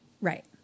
Right